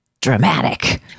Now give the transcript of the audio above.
dramatic